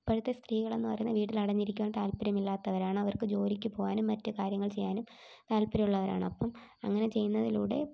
ഇപ്പോഴത്തെ സ്ത്രീകൾ എന്ന് പറഞ്ഞാൽ വീട്ടിൽ അടങ്ങി ഇരിക്കാൻ താല്പര്യം ഇല്ലാത്തവർ ആണ് അവർക്ക് ജോലിക്ക് പോവാനും മറ്റ് കാര്യങ്ങൾ ചെയ്യാനും താല്പര്യം ഉള്ളവരാണ് അപ്പം അങ്ങനെ ചെയ്യുന്നതിലൂടെ